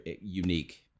unique